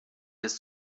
des